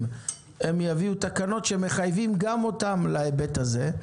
הם יביאו תקנות שמחייבות גם אותם להיבט הזה.